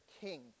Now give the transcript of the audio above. king